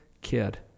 kid